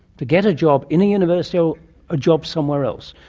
to get a job in a university or a job somewhere else.